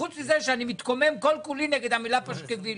חוץ מזה שאני מתקומם כל כולי נגד המילה פשקווילים.